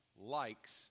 likes